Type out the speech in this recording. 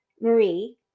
Marie